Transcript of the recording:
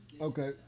okay